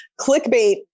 clickbait